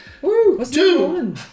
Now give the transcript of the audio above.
Two